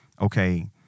okay